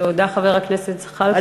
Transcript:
תודה, חבר הכנסת זחאלקה.